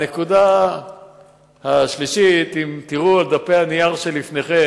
3. אם תראו את דפי הנייר שלפניכם,